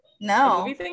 No